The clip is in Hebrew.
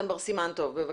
כן.